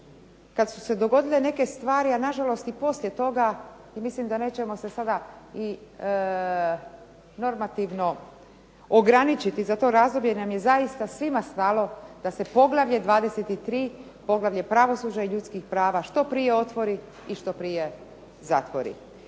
kad su se dogodile neke stvari, a nažalost i poslije toga, to mislim da nećemo se sada i normativno ograničiti za to razdoblje jer nam je zaista svima stalo da se Poglavlje 23., poglavlje Pravosuđa i ljudskih prava što prije otvori i što prije zatvori.